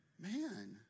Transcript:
man